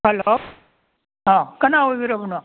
hello ꯑꯧ ꯀꯅꯥ ꯑꯣꯏꯕꯤꯔꯕꯅꯣ